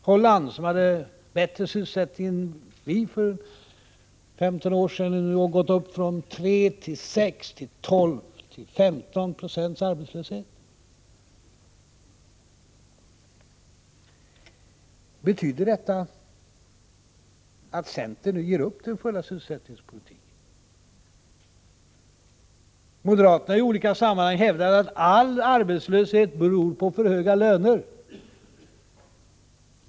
Holland, som hade bättre sysselsättning än vi för ca 15 år sedan, har gått från 3, 6, 12 till 15 96 arbetslöshet. Betyder detta att centern nu ger upp den fulla sysselsättningens politik? Moderaterna har i olika sammanhang hävdat att all arbetslöshet beror på för höga löner.